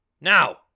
Now